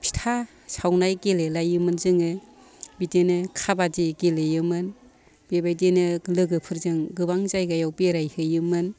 फिथा सावनाय गेलेलायोमोन जोङो बिदिनो खाबादि गेलेयोमोन बेबायदिनो लोगोफोरजों गोबां जायगायाव बेरायहैयोमोन